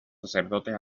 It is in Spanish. sacerdotes